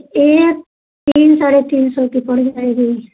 एक तीन साढ़े तीन सौ की पड़ जाएगी